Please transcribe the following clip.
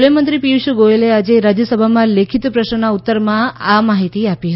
રેલવેમંત્રી પિયૂષ ગોયલે આજે રાજ્યસભામાં લેખિત પ્રશ્નના ઉત્તરમાં આ માહિતી આપી હતી